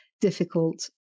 difficult